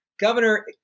Governor